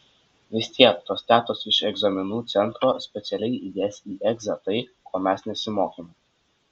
vis tiek tos tetos iš egzaminų centro specialiai įdės į egzą tai ko mes nesimokėme